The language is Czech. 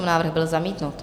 Návrh byl zamítnut.